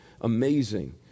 Amazing